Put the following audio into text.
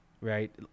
Right